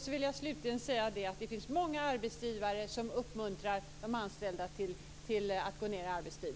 Slutligen vill jag säga att det finns många arbetsgivare som uppmuntrar de anställda till att gå ned i arbetstid.